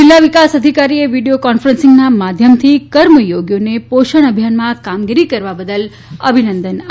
જિલ્લો વિકાસ અધિકારીએ વિડીયો કોન્ફરન્સ માધ્યમથી કર્મયોગીઓને પોષણ અભિયાનમાં કામગીરી કરવા બદલ અભિનંદન આપ્યા હતા